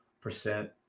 percent